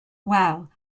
wel